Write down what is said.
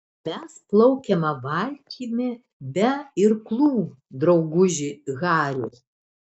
mes plaukiame valtimi be irklų drauguži hari